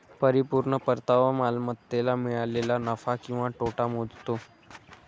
परिपूर्ण परतावा मालमत्तेला मिळालेला नफा किंवा तोटा मोजतो